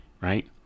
right